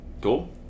Cool